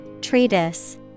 Treatise